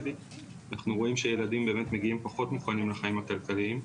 אנחנו רואים שילדים באמת מגיעים פחות מוכנים לחיים הכלכליים,